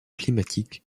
climatique